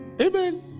Amen